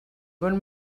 bon